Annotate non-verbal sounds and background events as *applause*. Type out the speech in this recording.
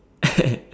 *laughs*